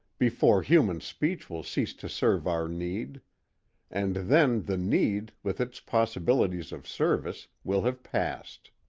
before human speech will cease to serve our need and then the need, with its possibilities of service, will have passed.